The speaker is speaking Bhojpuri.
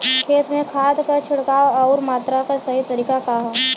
खेत में खाद क छिड़काव अउर मात्रा क सही तरीका का ह?